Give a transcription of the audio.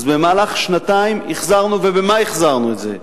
אז במהלך שנתיים החזרנו, ובמה החזרנו את זה?